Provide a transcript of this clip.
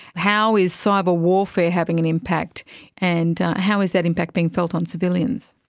how is cyber warfare having an impact and how is that impact being felt on civilians?